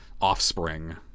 offspring